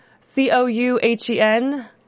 c-o-u-h-e-n